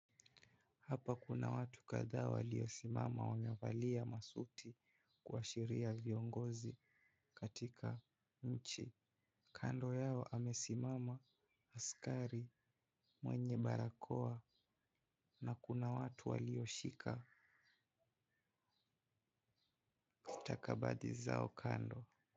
Hapa kuna watu kadhaa waliosimama wamevalia masuti kuashiria viongozi katika nchi, kando yao amesimama askari mwenye barakoa na kuna watu walioshika stakabadhi zao kando.